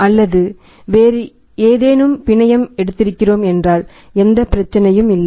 அல்லது வேறு ஏதேனும்பிணையாம் எடுத்திருக்கிறோம் என்றால் எந்த பிரச்சனையும் இல்லை